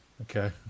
Okay